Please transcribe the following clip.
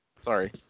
Sorry